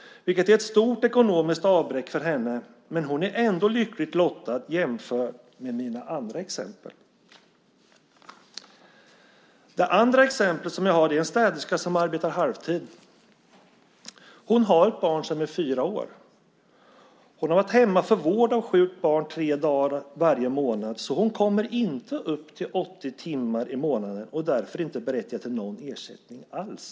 Det är ett stort ekonomiskt avbräck för henne, men hon är ändå lyckligt lottad jämfört med mina andra exempel. Det andra exemplet som jag har är en städerska som arbetar halvtid. Hon har ett barn som är fyra år. Hon har varit hemma för vård av sjukt barn tre dagar varje månad, så hon kommer inte upp till 80 timmar i månaden och är därför inte berättigad till någon ersättning alls.